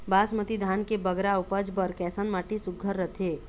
बासमती धान के बगरा उपज बर कैसन माटी सुघ्घर रथे?